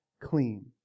clean